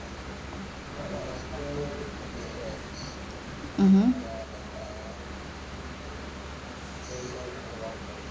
mmhmm